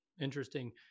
interesting